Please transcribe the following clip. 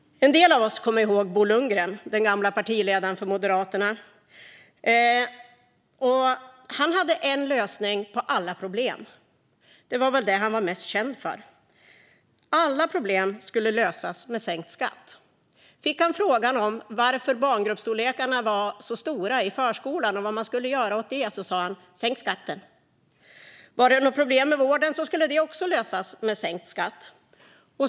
En del av oss kommer ihåg Bo Lundgren, den gamle partiledaren för Moderaterna. Han hade en lösning på alla problem; det var väl det han var mest känd för. Alla problem skulle lösas med sänkt skatt. Fick han frågan varför barngrupperna var så stora i förskolan och vad man skulle göra åt det sa han: Sänk skatten! Var det något problem i vården skulle det också lösas med sänkt skatt.